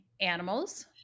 animals